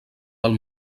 del